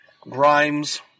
Grimes